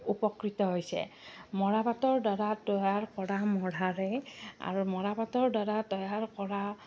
উপকৃত হৈছে মৰাপাটৰ দ্বাৰা তৈয়াৰ কৰা মূঢ়াৰে আৰু মৰাপাটৰ দ্বাৰা তৈয়াৰ কৰা